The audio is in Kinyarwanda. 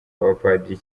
abapadiri